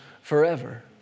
forever